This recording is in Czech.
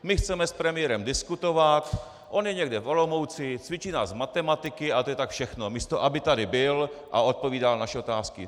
My chceme s premiérem diskutovat, on je někde v Olomouci, cvičí nás z matematiky a to je tak všechno, místo aby tady byl a odpovídal na naše otázky.